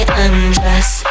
undress